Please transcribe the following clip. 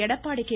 Edappadi K